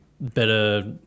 better